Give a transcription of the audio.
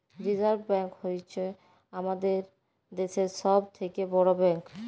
reserve bank হ্য়চ্ছ হামাদের দ্যাশের সব থেক্যে বড় ব্যাঙ্ক